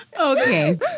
Okay